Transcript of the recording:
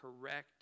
correct